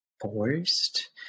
forced